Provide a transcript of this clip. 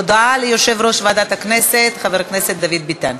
הודעה ליושב-ראש ועדת הכנסת חבר הכנסת דוד ביטן,